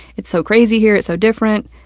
it's so crazy here. it's so different.